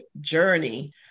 journey